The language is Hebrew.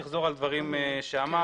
אחזור על דברים שאמרת,